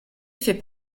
fait